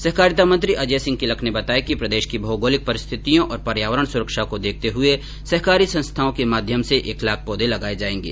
सहकारिता मंत्री अजय सिंह क्लिक ने बताया कि प्रदेश की भौगोलिक परिस्थितियों और पर्यावरण सुरक्षा को देखते हुए सहकारिता संस्थाओं के माध्यम से एक लाख पौधे लगाए जाएंगे